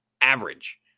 Average